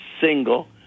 single